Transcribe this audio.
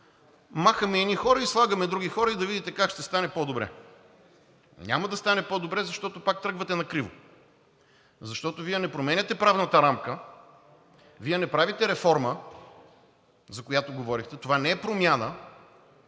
махаме едни хора и слагаме други хора, и да видите как ще стане по-добре. Няма да стане по-добре, защото пак тръгвате накриво, защото Вие не променяте правната рамка, Вие не правите реформа, за която говорихте. Това не е промяна,